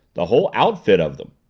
the whole outfit of them.